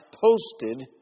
posted